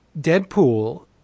Deadpool